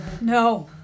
No